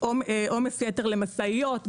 עומס יתר למשאיות,